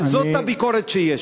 וזאת הביקורת שיש לי.